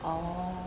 orh